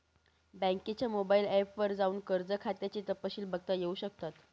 बँकेच्या mobile app वर जाऊन कर्ज खात्याचे तपशिल बघता येऊ शकतात